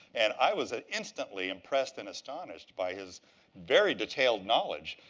and i was ah instantly impressed and astonished by his very detailed knowledge.